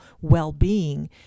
well-being